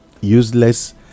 useless